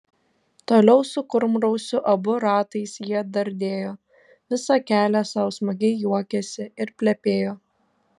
toliau su kurmrausiu abu ratais jie dardėjo visą kelią sau smagiai juokėsi ir plepėjo